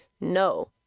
no